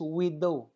widow